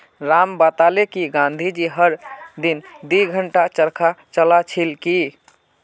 राम बताले कि गांधी जी हर दिन दी घंटा चरखा चला छिल की